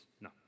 No